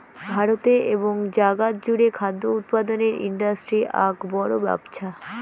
ভারতে এবং জাগাত জুড়ে খাদ্য উৎপাদনের ইন্ডাস্ট্রি আক বড় ব্যপছা